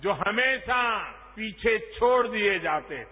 जो हमेशा पीठे छोड़ दिए जाते थे